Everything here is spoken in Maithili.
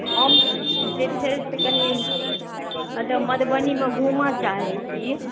हम जे छै से कनि एतऽ मधुबनीमे घुमऽ चाहै छी